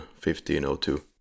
1502